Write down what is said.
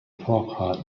forja